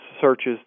Searches